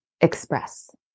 express